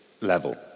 level